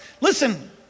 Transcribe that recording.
Listen